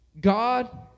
God